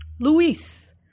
Luis